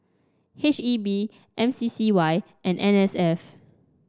H E B M C C Y and N S F